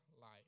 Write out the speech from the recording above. life